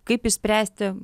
kaip išspręsti